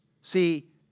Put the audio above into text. See